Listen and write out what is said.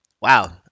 Wow